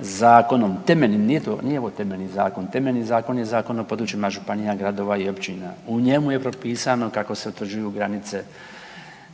zakon je Zakon o područjima županija, gradova i općina, u njemu je propisano kako se utvrđuju granice